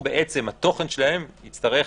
התוכן שלהן יצטרך